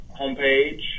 homepage